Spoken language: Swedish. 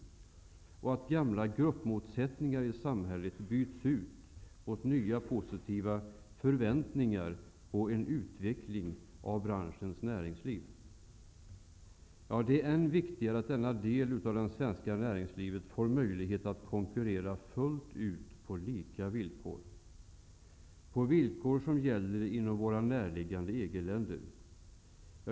Den är också i behov av att gamla gruppmotsättningar i samhället byts ut mot nya och positiva förväntningar på en utveckling av branschens näringsliv. Det är än viktigare att denna del av det svenska näringslivet får möjlighet att konkurrera fullt ut på lika villkor, på villkor som gäller i våra närliggande EG-länder.